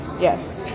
Yes